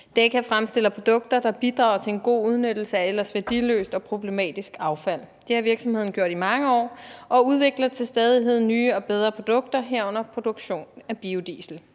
Daka fremstiller produkter, der bidrager til en god udnyttelse af ellers værdiløst og problematisk affald. Det har virksomheden gjort i mange år, og den udvikler til stadighed nye og bedre produkter, herunder produktion af biodiesel.